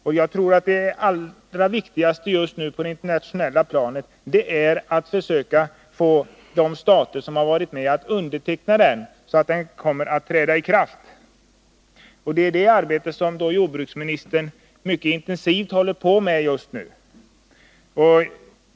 Och det allra viktigaste just nu på det internationella planet är att försöka få de stater som har varit med om att utarbeta konventionen att också underteckna den, så att den träder i kraft. Det är detta som jordbruksministern f.n. arbetar mycket intensivt med.